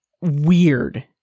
weird